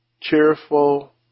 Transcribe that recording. cheerful